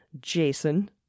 Jason